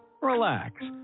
relax